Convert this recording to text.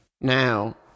Now